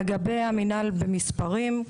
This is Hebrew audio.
לגבי המנהל במספרים,